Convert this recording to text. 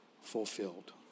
fulfilled